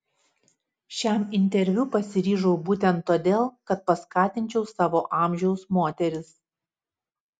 šiam interviu pasiryžau būtent todėl kad paskatinčiau savo amžiaus moteris